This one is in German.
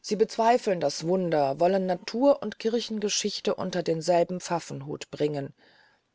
sie bezweifeln das wunder wollen naturund kirchengeschichte unter denselben pfaffenhut bringen